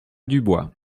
dubois